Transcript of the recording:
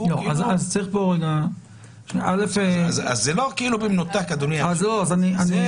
זה לא במנותק אדוני היושב ראש אלא זו